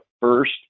first